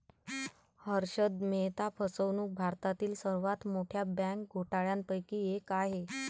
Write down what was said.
हर्षद मेहता फसवणूक भारतातील सर्वात मोठ्या बँक घोटाळ्यांपैकी एक आहे